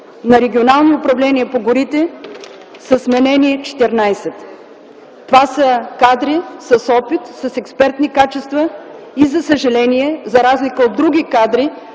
на регионални управления по горите са сменени 14. Това са кадри с опит, с експертни качества и за разлика от други кадри,